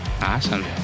Awesome